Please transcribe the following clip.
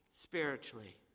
spiritually